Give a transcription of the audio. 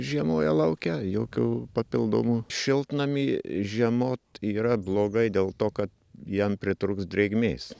žiemoja lauke jokių papildomų šiltnamy žiemot yra blogai dėl to kad vien pritrūks drėgmės